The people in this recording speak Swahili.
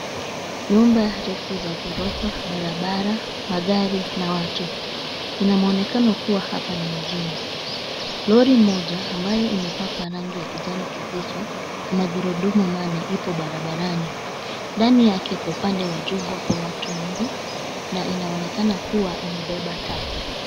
Nyumba refu za ghorofa, barabara, magari na watu. Ina muonekano kuwa hapa ni mjini. Lori moja ambayo imepakwa rangi ya kijani kibichi na gurudumu manne ipo barabarani. Ndani yake kwa upande wa juu pana watu wengi na inaonekana kuwa imebeba taka.